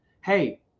Hey